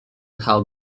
how